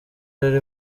rero